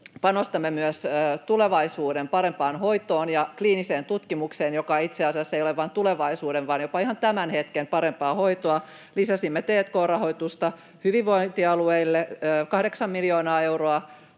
panostamme myös tulevaisuuden parempaan hoitoon ja kliiniseen tutkimukseen, joka itse asiassa ei ole vain tulevaisuuden vaan jopa ihan tämän hetken parempaa hoitoa. Lisäsimme t&k-rahoitusta hyvinvointialueille kahdeksan miljoonaa euroa